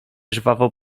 żwawo